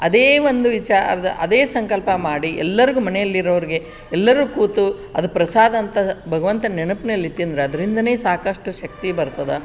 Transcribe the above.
ಅದೇ ಒಂದು ವಿಚಾರದ ಅದೇ ಸಂಕಲ್ಪ ಮಾಡಿ ಎಲ್ಲರಿಗೂ ಮನೆಯಲ್ಲಿರೋರಿಗೆ ಎಲ್ಲರೂ ಕೂತು ಅದು ಪ್ರಸಾದ ಅಂತ ಭಗವಂತನ ನೆನಪಿನಲ್ಲಿ ತಿಂದ್ರೆ ಅದ್ರಿಂದಲೇ ಸಾಕಷ್ಟು ಶಕ್ತಿ ಬರ್ತದೆ